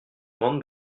grande